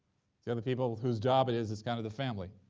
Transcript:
the other people whose job it is, is kind of the family,